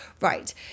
right